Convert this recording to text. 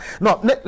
No